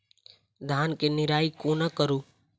धान केँ निराई कोना करु?